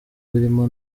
birimo